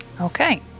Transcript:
okay